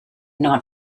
not